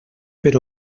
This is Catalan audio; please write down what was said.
per